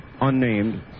unnamed